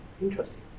Interesting